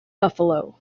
buffalo